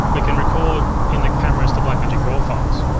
they can record in the cameras to blackmagic raw files.